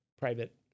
private-